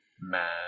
Man